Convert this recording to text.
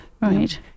Right